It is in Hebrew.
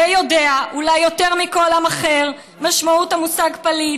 ויודע אולי יותר מכל עם אחר את משמעות המושג פליט,